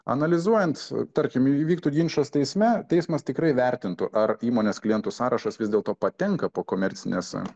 analizuojant tarkim įvyktų ginčas teisme teismas tikrai vertintų ar įmonės klientų sąrašas vis dėlto patenka po komercinėse